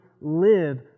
live